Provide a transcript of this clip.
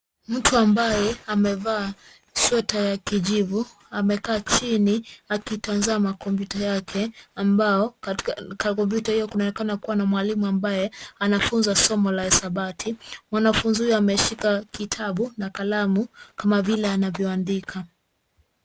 Mtu ambaye amevaa sweta ya kijivu amekaa chini akitazama kompyuta yake ambao katika kompyuta hiyo kunaonekana kuwa na mwalimu ambaye anafunza somo la hisabati. Mwanafunzi huyu ameshika kitabu na kalamu kama vile anavyoandika.